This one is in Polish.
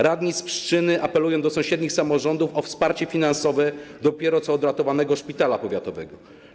Radni z Pszczyny apelują do sąsiednich samorządów o wsparcie finansowe dopiero co odratowanego szpitala powiatowego.